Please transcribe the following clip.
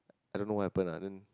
I don't know what happen lah then